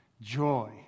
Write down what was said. joy